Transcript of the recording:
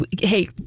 Hey